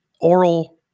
oral